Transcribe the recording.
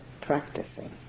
practicing